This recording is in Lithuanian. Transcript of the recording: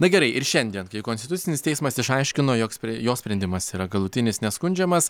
na gerai ir šiandien kai konstitucinis teismas išaiškino joks jo sprendimas yra galutinis neskundžiamas